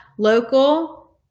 local